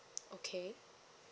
okay